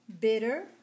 Bitter